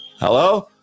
Hello